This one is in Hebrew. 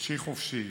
חופשי חודשי